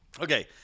Okay